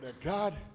God